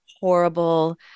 horrible